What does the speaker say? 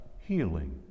healing